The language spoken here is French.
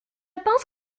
pense